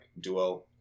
duo